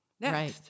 Right